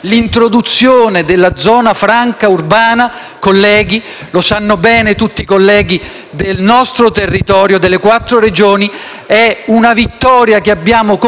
L'introduzione della zona franca urbana - lo sanno bene tutti i colleghi del territorio delle quattro Regioni colpite - è una vittoria che abbiamo conseguito